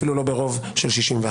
אפילו לא ברוב של 61,